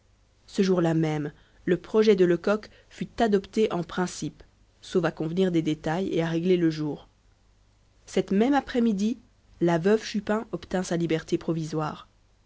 ce jour-là même le projet de lecoq fut adopté en principe sauf à convenir des détails et à régler le jour cette même après-midi la veuve chupin obtint sa liberté provisoire